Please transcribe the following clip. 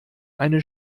eine